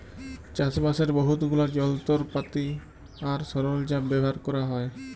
চাষবাসের বহুত গুলা যলত্রপাতি আর সরল্জাম ব্যাভার ক্যরা হ্যয়